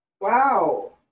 wow